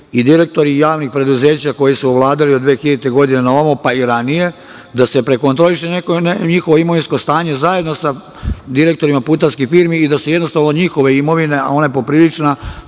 i direktori javnih preduzeća koji su vladali od 2000. godine naovamo pa i ranije, da se prekontroliše njihovo imovinsko stanje, zajedno sa direktorima putarskih firmi i da se jednostavno od njihove imovina, a ona je poprilična,